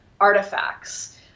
artifacts